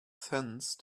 sense